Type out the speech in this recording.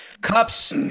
cups